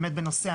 בנושא,